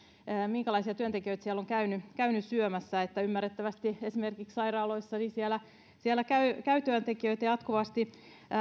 minkälaisia työntekijöitä siellä on käynyt käynyt syömässä ymmärrettävästi esimerkiksi sairaaloissa käy käy työntekijöitä jatkuvasti